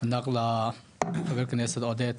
יושב הראש עודד